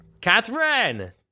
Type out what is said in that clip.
Catherine